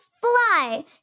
fly